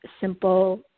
simple